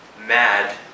mad